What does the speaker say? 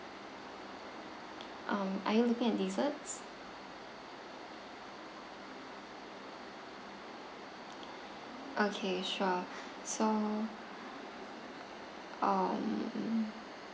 um are you looking at desserts okay sure so um